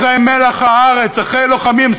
אחרי מלח הארץ, אחרי לוחמים.